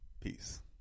peace